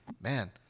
man